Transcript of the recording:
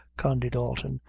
condy dalton,